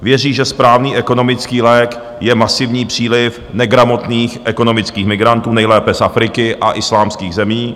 Věří, že správný ekonomický lék je masivní příliv negramotných ekonomických migrantů, nejlépe z Afriky a islámských zemí.